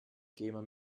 gamer